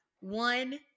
One